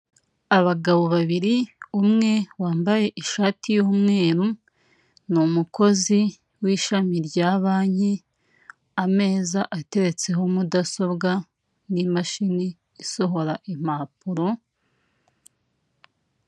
Abagabo babiri umwe wambaye ishati y'umweru ni umukozi w'ishami rya banki, ameza ateretseho mudasobwa, n'imashini isohora impapuro,...